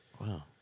Wow